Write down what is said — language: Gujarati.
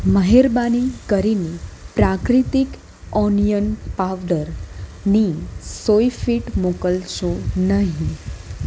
મહેરબાની કરીને પ્રાકૃતિક ઓનિયન પાવડરની સોયફીટ મોકલશો નહીં